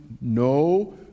no